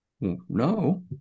No